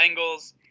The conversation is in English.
Bengals